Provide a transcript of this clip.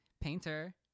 Painter